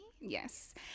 Yes